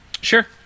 Sure